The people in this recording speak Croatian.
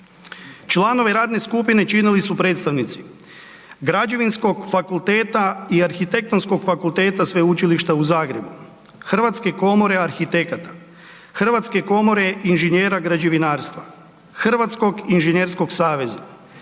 Članove radne skupine činili su predstavnici Građevinskog fakulteta i Arhitektonskog fakulteta Sveučilišta u Zagrebu, Hrvatske komore arhitekata, Hrvatske komore inženjera građevinarstva, Hrvatskog inženjerskog saveza,